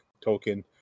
token